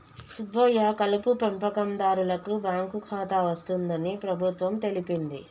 సుబ్బయ్య కలుపు పెంపకందారులకు బాంకు ఖాతా వస్తుందని ప్రభుత్వం తెలిపింది